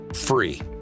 free